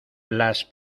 las